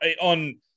On